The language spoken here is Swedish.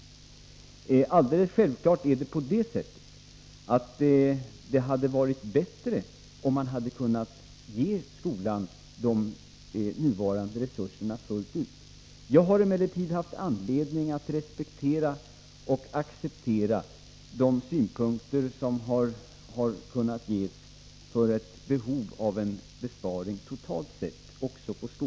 Det hade alldeles självfallet varit bättre, om man fullt ut hade kunnat ge skolan de resurser som den nu har. Jag har emellertid haft anledning att respektera och acceptera de synpunkter som har framförts för behovet av en besparing totalt sett också inom skolan.